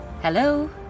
hello